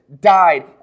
died